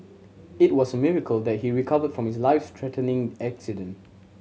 it was miracle that he recovered from his life threatening accident